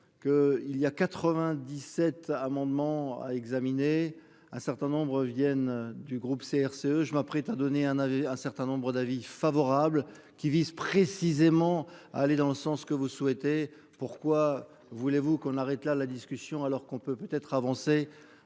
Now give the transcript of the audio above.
il y a 97 amendements à examiner un certain nombre, viennent du groupe CRCE je m'apprête à donner un avait un certain nombre d'avis favorables qui vise précisément à aller dans le sens que vous souhaitez, pourquoi voulez-vous qu'on arrête là la discussion alors. On peut peut-être avancer